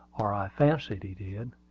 or i fancied he did.